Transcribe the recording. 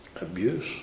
abuse